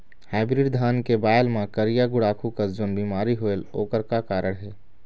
Hybrid धान के बायेल मां करिया गुड़ाखू कस जोन बीमारी होएल ओकर का कारण हे?